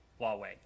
Huawei